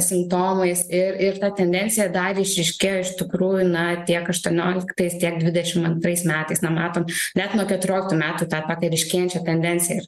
simptomais ir ir ta tendencija dar išryškėjo iš tikrųjų na tiek aštuonioliktais tiek dvidešim antrais metais na matom net nuo keturioliktų metų tą tą ryškėjančią tendenciją ir